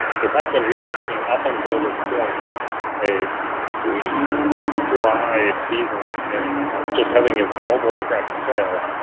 the fact that we have seen up until this point a pretty dry season and just having available aircraft for sale,